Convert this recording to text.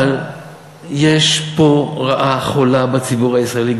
אבל יש פה רעה חולה בציבור הישראלי,